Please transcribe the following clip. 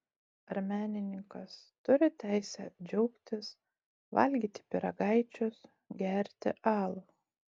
ar menininkas turi teisę džiaugtis valgyti pyragaičius gerti alų